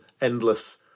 endless